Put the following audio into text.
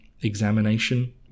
examination